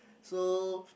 so